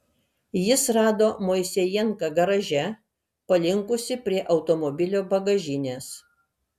jis rado moisejenką garaže palinkusį prie automobilio bagažinės